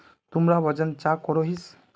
तुमरा वजन चाँ करोहिस?